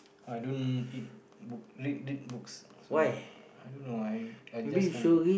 I don't it book read read books sorry I don't know I I just can